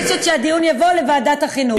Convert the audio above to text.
אני מבקשת שהדיון יבוא לוועדת החינוך.